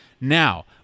Now